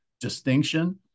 distinction